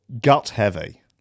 gut-heavy